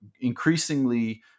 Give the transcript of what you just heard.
increasingly